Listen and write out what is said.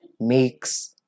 makes